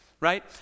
right